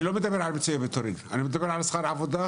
אני לא מדבר על --- אני מדבר על שכר עבודה,